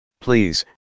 Please